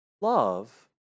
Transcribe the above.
Love